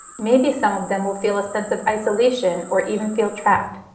maybe some of them will feel a sense of isolation or even feel trapped.